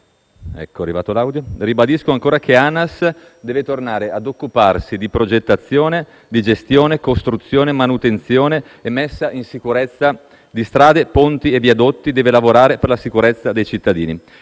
e Ciriani, ribadisco ancora che ANAS deve tornare ad occuparsi di progettazione, gestione, costruzione, manutenzione e messa in sicurezza di strade, ponti e viadotti; deve lavorare per la sicurezza dei cittadini,